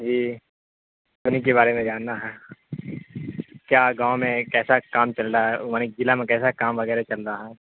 جی انہیں کے بارے میں جاننا ہے کیا گاؤں میں کیسا کام چل رہا ہے ضلع میں کیسا کام وغیرہ چل رہا ہے